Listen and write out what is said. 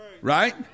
Right